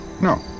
No